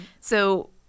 So-